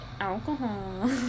alcohol